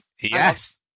Yes